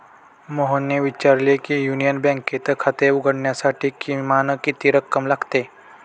मोहनने विचारले की युनियन बँकेत खाते उघडण्यासाठी किमान किती रक्कम लागते?